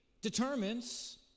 determines